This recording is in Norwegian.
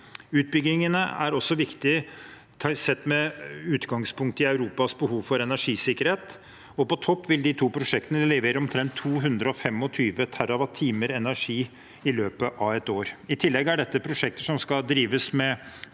Utbyggingene er også viktige sett med utgangspunkt i Europas behov for energisikkerhet. På topp vil de to prosjektene levere omtrent 225 TWh energi i løpet av et år. I tillegg er dette prosjekter som skal drives med